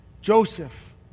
Joseph